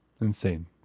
Insane